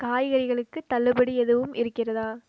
காய்கறிகளுக்கு தள்ளுபடி எதுவும் இருக்கிறதா